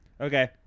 Okay